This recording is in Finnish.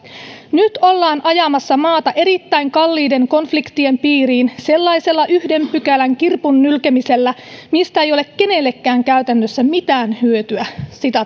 nyt ollaan ajamassa maata erittäin kalliiden konfliktien piiriin sellaisella yhden pykälän kirpun nylkemisellä mistä ei ole kenellekään käytännössä mitään hyötyä